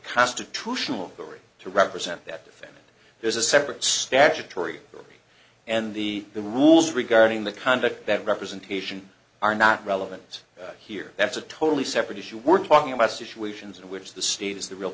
constitutional authority to represent that differ there's a separate statutory authority and the the rules regarding the conduct that representation are not relevant here that's a totally separate issue we're talking about situations in which the state is the real